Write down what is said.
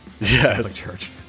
Yes